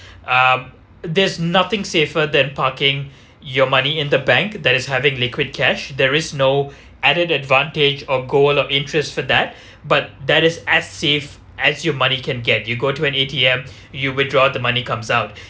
uh there's nothing safer than parking your money in the bank that is having liquid cash there is no added advantage or goal of interest for that but that is as safe as your money can get you go to an A_T_M you withdraw the money comes out